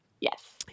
Yes